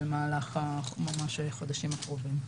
ממש במהלך החודשים הקרובים.